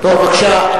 בבקשה,